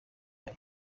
yayo